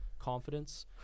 confidence